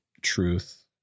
truth